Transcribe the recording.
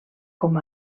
com